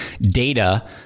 data